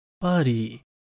Buddy